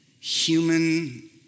human